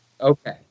Okay